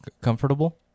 Comfortable